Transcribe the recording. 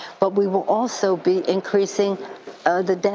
but we will also be increasing the